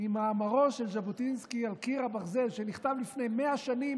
ממאמרו של ז'בוטינסקי "על קיר הברזל" שנכתב לפני 100 שנים,